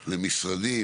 למשרדים,